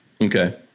Okay